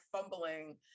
fumbling